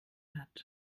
hat